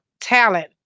talent